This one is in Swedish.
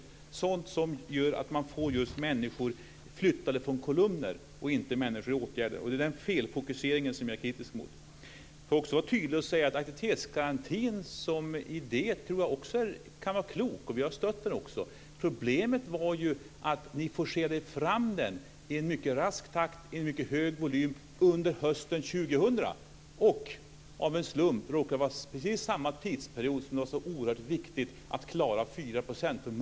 Det är sådant som gör att man just får människor flyttade från kolumner och inte människor i åtgärder. Det är den felfokuseringen som jag är kritisk mot. Jag ska också vara tydlig och säga att jag tror att aktivitetsgarantin som idé kan vara klok. Vi har stött den också. Problemet var ju att ni forcerade fram den i en mycket rask takt och i en mycket stor volym under hösten 2000. Av en slump råkade det vara under precis samma tidsperiod som man skulle klara av något så oerhört viktigt som 4-procentsmålet.